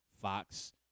Fox